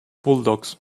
bulldogs